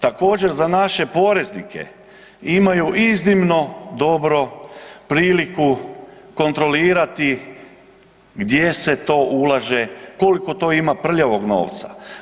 Također za naše poreznike imaju iznimno dobro priliku kontrolirati gdje se to ulaže, koliko to ima prljavog novca.